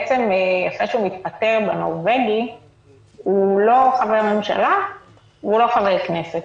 אחרי שהוא מתפטר בנורווגי הוא לא חבר ממשלה והוא לא חבר כנסת,